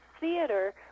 theater